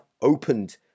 opened